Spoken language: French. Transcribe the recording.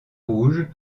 rouge